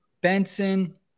Benson